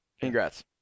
Congrats